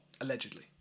Allegedly